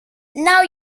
now